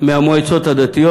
מהמועצות הדתיות,